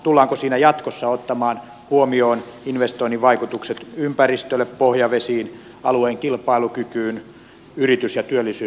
tullaanko siinä jatkossa ottamaan huomioon investoinnin vaikutukset ympäristölle pohjavesiin alueen kilpailukykyyn yritys ja työllisyysvaikutuksiin